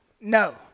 No